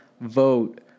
vote